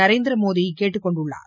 நரேந்திரமோடி கேட்டுக் கொண்டுள்ளார்